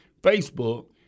Facebook